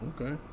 Okay